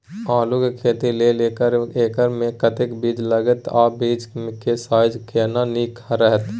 आलू के खेती लेल एक एकर मे कतेक बीज लागत आ बीज के साइज केना नीक रहत?